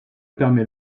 permet